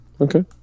Okay